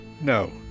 No